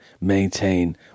maintain